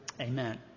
Amen